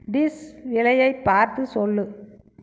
dish விலையைப் பார்த்து சொல்லு